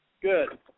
Good